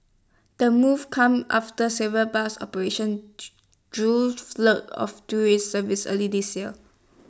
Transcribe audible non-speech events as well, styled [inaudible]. the move comes after several bus operation [unintelligible] drew [unintelligible] of [unintelligible] services earlier this year